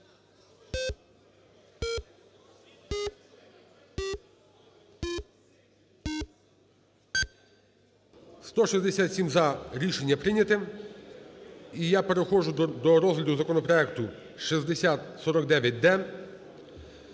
За-167 Рішення прийняте. І я переходжу до розгляду законопроекту 6049-д: